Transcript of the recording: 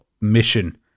mission